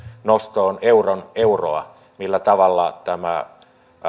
nostoon euron euroa millä tavalla tämä